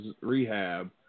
rehab